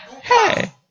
hey